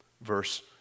Verse